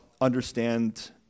understand